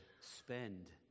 spend